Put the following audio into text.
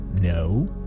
No